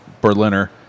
Berliner